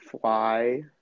fly